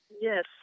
yes